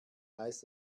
heißt